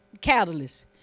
catalyst